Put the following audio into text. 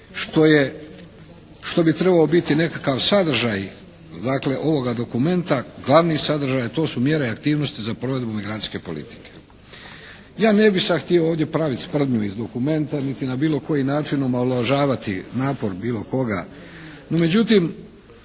što bi trebalo biti nekakav sadržaj dakle ovoga dokumenta, glavni sadržaj. To su mjere i aktivnosti za provedbu migracijske politike. Ja ne bih sad htio ovdje praviti sprdnju iz dokumenta niti na bilo koji način omalovažavati napor bilo koga